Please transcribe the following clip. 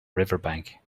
riverbank